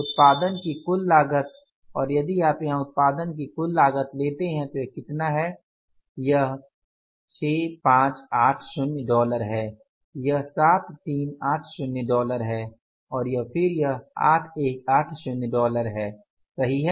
उत्पादन की कुल लागत और यदि आप यहां उत्पादन की कुल लागत लेते हैं तो यह कितना है यह 6580 डॉलर है यह 7380 डॉलर है और फिर यह 8180 डॉलर है सही है